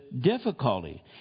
difficulty